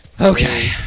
Okay